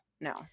no